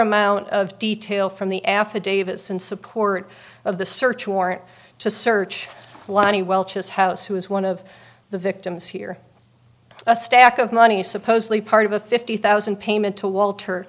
amount of detail from the affidavits in support of the search warrant to search his house who is one of the victims here a stack of money supposedly part of a fifty thousand payment to walter